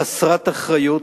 חסרת אחריות,